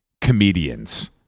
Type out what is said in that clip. comedians